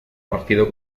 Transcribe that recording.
partido